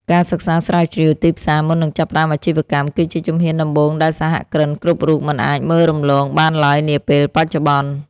ការសិក្សាស្រាវជ្រាវទីផ្សារមុននឹងចាប់ផ្តើមអាជីវកម្មគឺជាជំហានដំបូងដែលសហគ្រិនគ្រប់រូបមិនអាចមើលរំលងបានឡើយនាពេលបច្ចុប្បន្ន។